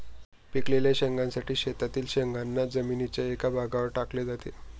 पिकलेल्या शेंगांसाठी शेतातील शेंगांना जमिनीच्या एका भागावर टाकले जाते